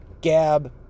Gab